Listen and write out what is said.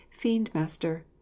fiendmaster